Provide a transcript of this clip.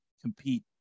compete